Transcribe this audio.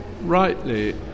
rightly